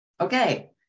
Okay